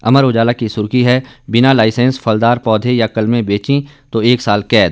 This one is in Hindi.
अमर उजाला की सुर्खी हैं बिना लाइसेंस फलदार पौधे या कलमें बेचीं तो एक साल कैद